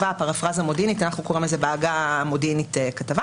בעגה המודיעינית כתבה.